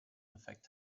affect